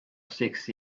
six